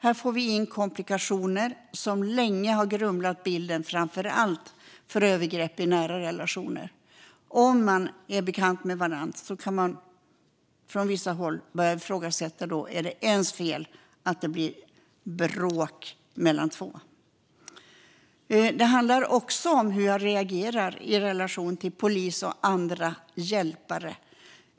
Här får vi in komplikationer som länge har grumlat bilden, framför allt när det gäller övergrepp i nära relationer. Om personerna är bekanta med varandra kan man från vissa håll höra ifrågasättanden - är det en persons fel att det blir "bråk" mellan två? Det handlar också om hur jag reagerar i relation till polis och andra "hjälpare".